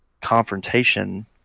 confrontation